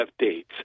updates